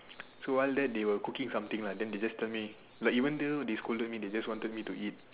so while that they were cooking something lah then they just tell me like even though they scolded me they just wanted me to eat